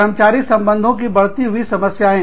कर्मचारी संबंधों की बढ़ती हुई समस्याएं